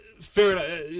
fair